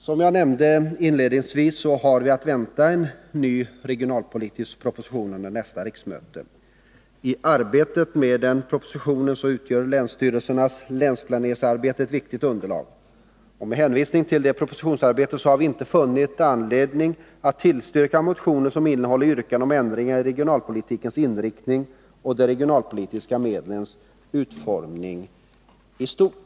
Som jag nämnde inledningsvis har vi att vänta en ny regionalpolitisk proposition under nästa riksmöte. I arbetet med den propositionen utgör länsstyrelsernas länsplaneringsarbete ett viktigt underlag. Med hänvisning till det propositionsarbetet har vi inte funnit anledning att tillstyrka motioner som innehåller yrkande om ändringar i regionalpolitikens inriktning och de regionalpolitiska medlens utformning i stort.